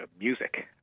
music